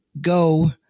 go